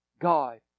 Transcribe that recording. God